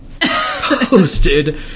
posted